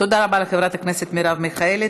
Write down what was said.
תודה רבה לחברת הכנסת מרב מיכאלי.